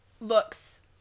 looks